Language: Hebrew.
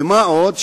ומה עוד,